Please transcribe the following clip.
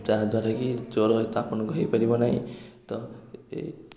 ଯାହାଦ୍ଵାରା କି ଜର ଏତେ ଆପଣଙ୍କୁ ହେଇପାରିବ ନାହିଁ ତ ଏ